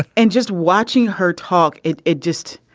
and just watching her talk it it just